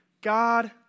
God